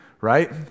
right